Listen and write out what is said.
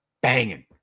banging